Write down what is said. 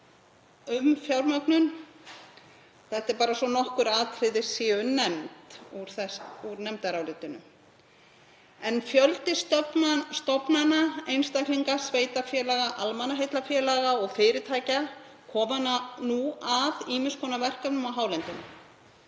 um fjármögnun, bara svo að nokkur atriði séu nefnd úr nefndarálitinu. Fjöldi stofnana, einstaklinga, sveitarfélaga, almannaheillafélaga og fyrirtækja kemur nú að ýmiss konar verkefnum á hálendinu.